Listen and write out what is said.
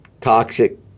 toxic